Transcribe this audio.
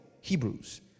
Hebrews